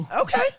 Okay